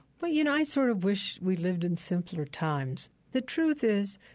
but, you know, i sort of wish we lived in simpler times. the truth is,